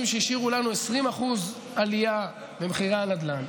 שהשאירו לנו 20% עלייה במחירי הנדל"ן,